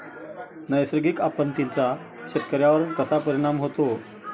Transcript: नैसर्गिक आपत्तींचा शेतकऱ्यांवर कसा परिणाम होतो?